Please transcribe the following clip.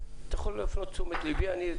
אתה יכול להפנות את תשומת ליבי.